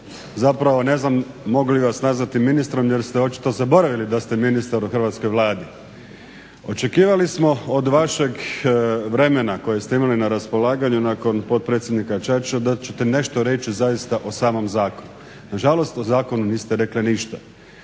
zapravo ne znam mogu li vas nazvati ministrom jer ste očito zaboravili da ste ministar u hrvatskoj Vladi. Očekivali smo od vašeg vremena koje ste imali na raspolaganju nakon potpredsjednika Čačića da ćete reći nešto zaista o samom zakonu, nažalost o zakonu niste rekli ništa.